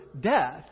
death